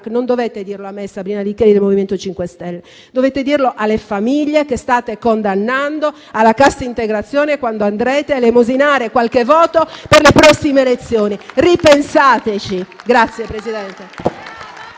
non dovete dirlo a me, Sabrina Licheri del MoVimento 5 Stelle, ma alle famiglie che state condannando alla cassa integrazione quando andrete ad elemosinare qualche voto per le prossime elezioni. Ripensateci. *(Applausi.